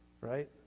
right